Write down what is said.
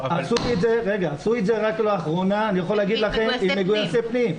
עשו את זה רק לאחרונה אני יכול להגיד לכם עם מגויסי פנים.